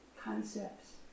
concepts